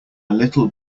little